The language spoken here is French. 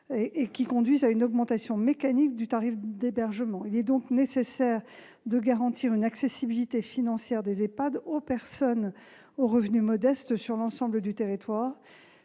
et conduit à une augmentation mécanique du tarif d'hébergement. Il est donc nécessaire de garantir une accessibilité financière des EHPAD aux personnes disposant de revenus modestes sur l'ensemble du territoire,